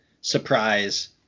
surprise